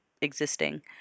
existing